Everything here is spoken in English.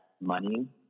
money